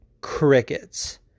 crickets